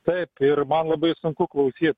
taip ir man labai sunku klausyt